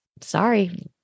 sorry